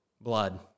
Blood